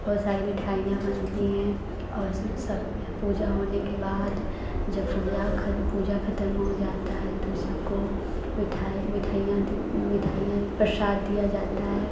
बहुत सारी मिठाइयाँ बनती हैं और सबके यहाँ पूजा होने के बाद जब पूजा खत्म पूजा खत्म हो जाती है तो सबको मिठाई मिठाइयाँ मिठाइयाँ प्रसाद दिया जाता है